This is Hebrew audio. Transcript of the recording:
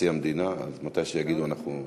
אז מתי שיגידו אנחנו נפסיק.